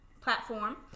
platform